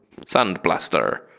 sandblaster